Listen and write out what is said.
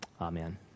Amen